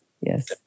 Yes